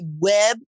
web